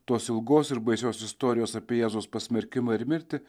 tos ilgos ir baisios istorijos apie jėzaus pasmerkimą ir mirtį